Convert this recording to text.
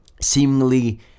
seemingly